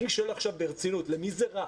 אני שואל למי זה רע?